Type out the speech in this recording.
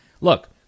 look